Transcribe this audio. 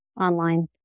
online